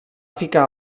ficar